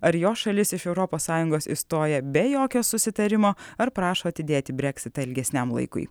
ar jo šalis iš europos sąjungos išstoja be jokio susitarimo ar prašo atidėti breksitą lgesniam laikui